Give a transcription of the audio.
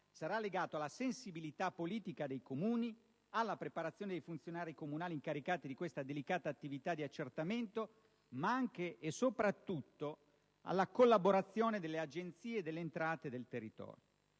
sarà legato alla sensibilità politica dei Comuni, alla preparazione dei funzionari comunali incaricati di questa delicata attività di accertamento, ma anche e soprattutto alla collaborazione delle Agenzie delle entrate e del territorio.